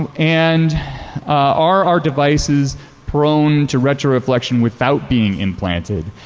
um and are our devices prone to retroreflection without being implanted?